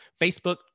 Facebook